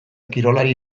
kirolari